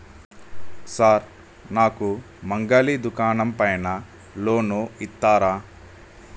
Sir నాకు మంగలి దుకాణం పైన లోన్ ఇత్తరా?